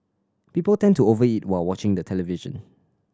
people tend to over eat while watching the television